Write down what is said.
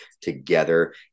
together